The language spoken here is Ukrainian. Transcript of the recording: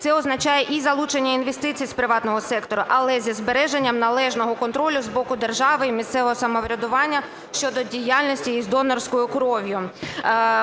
Це означає і залучення інвестицій з приватного сектору, але зі збереженням належного контролю з боку держави і місцевого самоврядування щодо діяльності із донорською кров'ю.